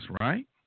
right